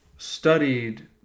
Studied